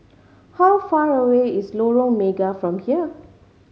how far away is Lorong Mega from here